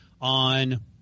on